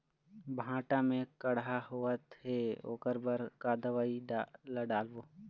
भांटा मे कड़हा होअत हे ओकर बर का दवई ला डालबो?